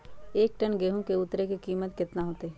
एक टन गेंहू के उतरे के कीमत कितना होतई?